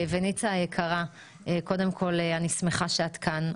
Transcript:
ניצה היקרה, אני שמחה שאת כאן.